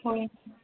ꯍꯣꯏ